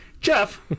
Jeff